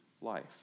life